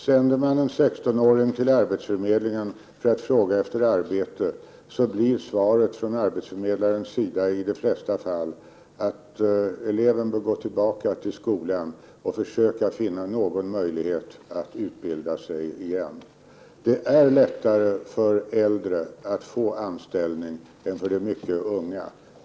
Sänder man en 16-åring till arbetsförmedlingen för att fråga efter arbete, blir svaret från arbetsförmedlarens sida i de flesta fall att eleven bör gå tillbaka till skolan och försöka finna någon möjlighet att utbilda sigigen. Det är lättare för äldre att få anställning än för de mycket unga.